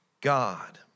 God